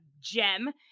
gem